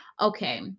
Okay